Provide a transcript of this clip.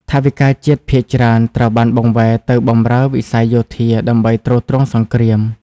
ថវិកាជាតិភាគច្រើនត្រូវបានបង្វែរទៅបម្រើវិស័យយោធាដើម្បីទ្រទ្រង់សង្គ្រាម។